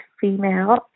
female